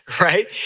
right